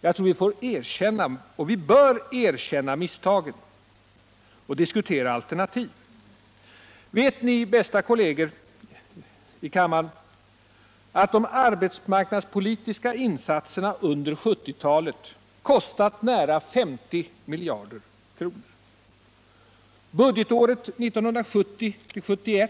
Jag tror att vi får, och bör, erkänna misstagen och diskutera alternativ. Vet ni, bästa kolleger här i kammaren, att de arbetsmarknadspolitiska insatserna under 1970-talet kostat närmare 50 miljarder kronor? Budgetåret 1970/71